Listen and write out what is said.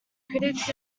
critics